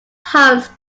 homes